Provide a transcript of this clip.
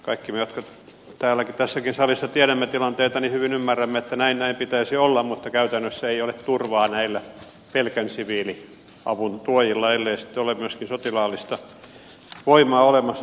kaikki me jotka tässäkin salissa tiedämme tilanteita hyvin ymmärrämme että näin pitäisi olla mutta käytännössä ei ole turvaa näillä pelkän siviiliavun tuojilla ellei sitten ole myöskin sotilaallista voimaa olemassa siellä